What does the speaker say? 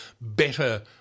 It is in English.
better